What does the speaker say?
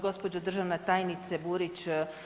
Gospođo državna tajnice Burić.